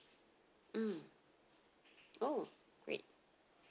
mm oh great